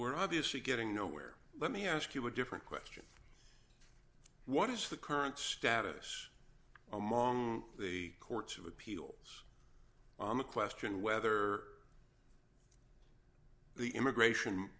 we're obviously getting nowhere let me ask you a different question what is the current status among the courts of appeals on the question whether the immigration